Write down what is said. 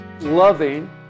loving